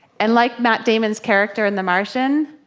and like matt damon's character in the martian,